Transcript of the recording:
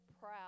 proud